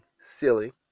silly